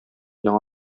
яңа